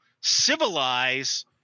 civilize